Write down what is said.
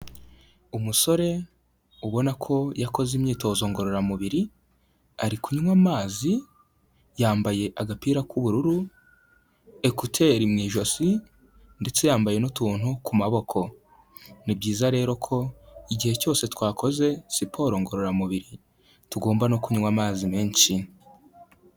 Umusore ubona ko yakoze imyitozo ngororamubiri ari kunywa amazi, yambaye agapira k'ubururu, ekuteri mu ijosi, ndetse yambaye n'utuntu ku maboko, ni byiza rero ko igihe cyose twakoze siporo ngororamubiri tugomba no kunywa amazi menshi.